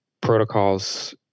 Protocols